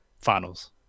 finals